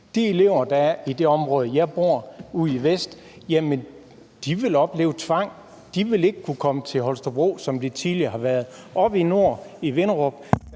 De elever, der er i det område ude vestpå, hvor jeg bor, vil opleve tvang. De vil ikke kunne komme til Holstebro, som de tidligere har kunnet. Oppe i nord i Vinderup